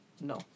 No